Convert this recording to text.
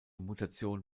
mutation